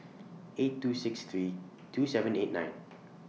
eight two six three two seven eight nine